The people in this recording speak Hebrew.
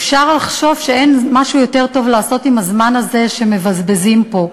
אפשר לחשוב שאין משהו יותר טוב לעשות עם הזמן הזה שמבזבזים פה.